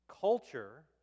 culture